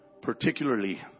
particularly